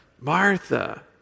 Martha